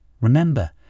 Remember